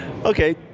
Okay